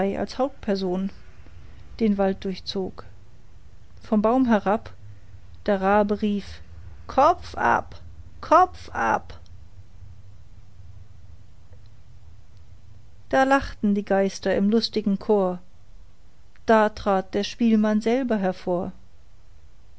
als hauptperson den wald durchzog vom baum herab der rabe rief kopf ab kopf ab da lachten die geister im lustigen chor da trat der spielmann selber hervor